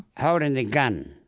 holding the gun.